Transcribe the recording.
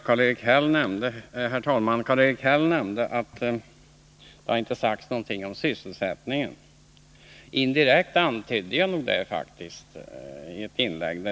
Herr talman! Karl-Erik Häll nämnde att det inte sagts någonting om sysselsättningen. Men indirekt var jag nog inne på den frågan i ett inlägg.